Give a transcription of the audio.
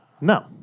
No